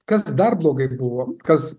kas dar blogai buvo kas